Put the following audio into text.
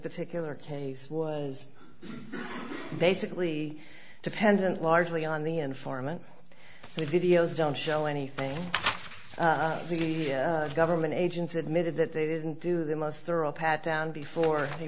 particular case is basically dependent largely on the informant the videos don't show anything the government agency admitted that they didn't do the most thorough pat down before the